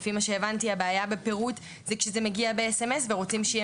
לפי מה שהבנתי הבעיה בפירוט זה כשזה מגיע ב-S.M.S ורוצים שיהיה